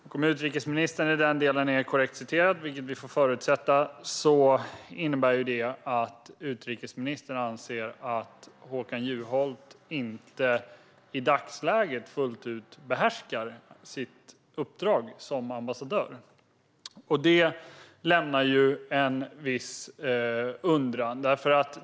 Om utrikesministern är korrekt citerad i den delen, vilket vi får förutsätta, innebär det att utrikesministern anser att Håkan Juholt i dagsläget inte fullt ut behärskar sitt uppdrag som ambassadör. Det lämnar en viss undran.